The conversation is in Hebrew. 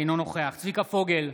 אינו נוכח צביקה פוגל,